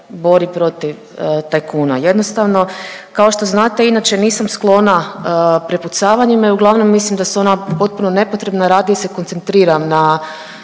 govori protiv tajkuna. Jednostavno kao što znate inače nisam sklona prepucavanjima i uglavnom mislim da su ona potpuno nepotrebna, radije se koncentriram na